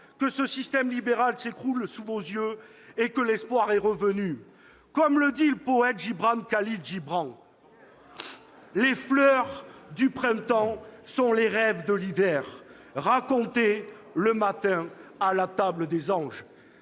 que ce système libéral s'écroule sous vos yeux et que l'espoir est revenu ! Comme le dit le poète Gibran Khalil Gibran, « les fleurs du printemps sont les rêves de l'hiver racontés le matin à la table des anges